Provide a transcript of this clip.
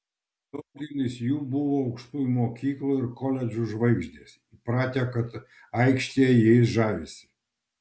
daugelis jų buvo aukštųjų mokyklų ir koledžų žvaigždės įpratę kad aikštėje jais žavisi